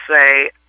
say